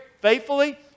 faithfully